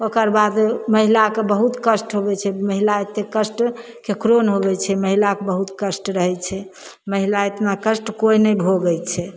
ओकरबाद महिलाके बहुत कष्ट होएबै छै महिला एतेक कष्ट केकरो नहि होएबै छै महिलाके बहुत कष्ट रहै छै महिला इतना कष्ट केओ नहि भोगैत छै